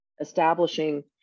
Establishing